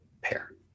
pair